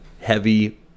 heavy